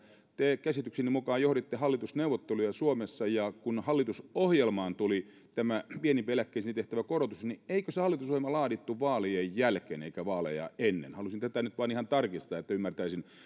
te käsitykseni mukaan johditte hallitusneuvotteluja suomessa ja kun hallitusohjelmaan tuli tämä pienimpiin eläkkeisiin tehtävä korotus niin eikö se hallitusohjelma laadittu vaalien jälkeen eikä vaaleja ennen haluaisin tämän nyt ihan vain tarkistaa että